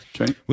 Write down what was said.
Okay